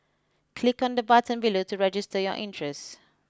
click on the button below to register your interest